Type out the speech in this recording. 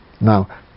Now